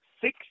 six